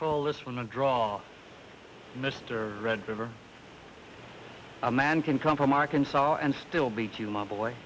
colas from a draw mr red river a man can come from arkansas and still beat you my boy